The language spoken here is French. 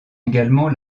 également